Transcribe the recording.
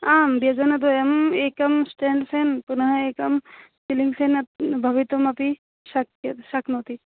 आं व्यजनद्वयम् एकं स्टेण्ड् फेन् पुनः एकं सिलिङ्ग् फ़ेन् अपि भवितुम् अपि शक्य शक्नोति